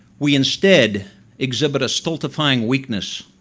we instead exhibit a stulty fieing weakness.